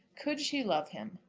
could she love him?